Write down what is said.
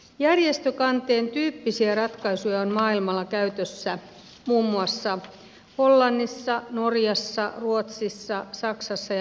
järjestökanteen tyyppisiä ratkaisuja on maailmalla käytössä muun muassa hollannissa norjassa ruotsissa saksassa ja yhdysvalloissa